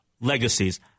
legacies